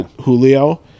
julio